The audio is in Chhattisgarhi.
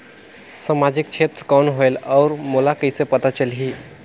समाजिक क्षेत्र कौन होएल? और मोला कइसे पता चलही?